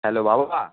hello বাবা